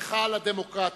היכל הדמוקרטיה.